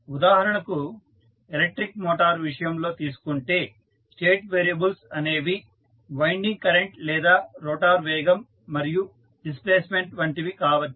ఉదాహరణకు electric motor విషయంలో తీసుకుంటే స్టేట్ వేరియబుల్స్ అనేవి వైండింగ్ కరెంట్ లేదా రోటర్ వేగం మరియు డిస్ప్లేస్మెంట్ వంటివి కావచ్చు